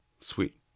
Sweet